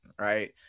right